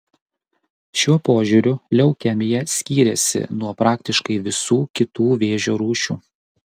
šiuo požiūriu leukemija skyrėsi nuo praktiškai visų kitų vėžio rūšių